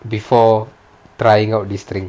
before trying out this drink